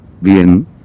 Bien